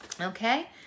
Okay